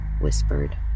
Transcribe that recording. whispered